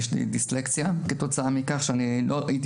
יש לי דיסלקציה כתוצאה מכך שלא הייתי